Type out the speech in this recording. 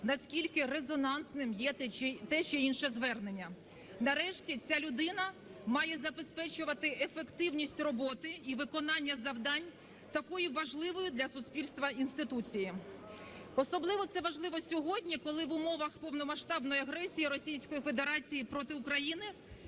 наскільки резонансним є те чи інше звернення. Нарешті, ця людина має забезпечувати ефективність роботи і виконання завдань такої важливої для суспільства інституції. Особливо це важливо сьогодні, коли в умовах повномасштабної агресії Російської Федерації проти України